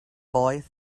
boy